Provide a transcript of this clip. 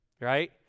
right